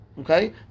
okay